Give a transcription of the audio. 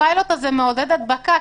הפיילוט הזה מעודד הדבקה,